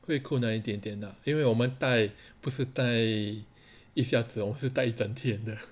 会困难一点点的因为我们戴不是戴一下子是戴一整天的